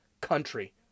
country